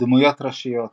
דמויות ראשיות